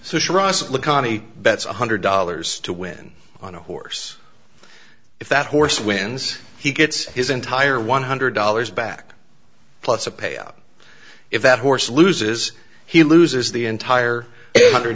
one hundred dollars to win on a horse if that horse wins he gets his entire one hundred dollars back plus a payout if that horse loses he loses the entire hundred